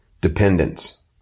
dependence